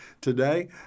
today